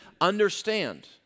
understand